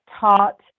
taught